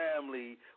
family